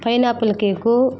pineapple cake